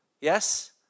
Yes